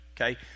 okay